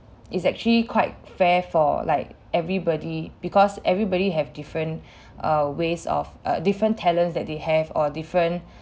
it's actually quite fair for like everybody because everybody have different uh ways of uh different talents that they have or different